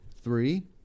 Three